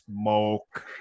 smoke